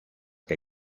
que